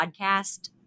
podcast